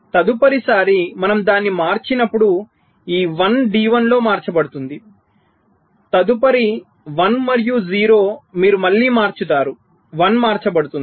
తదుపరిసారి మనం దానిని మార్చినప్పుడు ఈ 1 D1 లో మార్చబడుతుంది తదుపరి 1 మరియు 0 మీరు మళ్ళీ మార్చుతారు 1 మార్చబడుతుంది